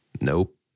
Nope